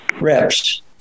reps